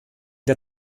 der